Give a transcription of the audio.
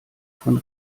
von